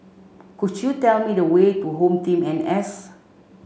could you tell me the way to HomeTeam N S